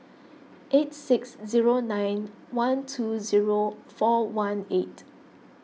eight six zero nine one two zero four one eight